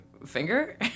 finger